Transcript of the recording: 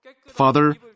Father